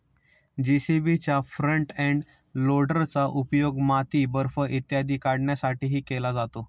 जे.सी.बीच्या front end लोडरचा उपयोग माती, बर्फ इत्यादी काढण्यासाठीही केला जातो